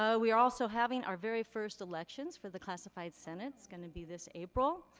so we are also having our very first elections for the classified senate. it's gonna be this april.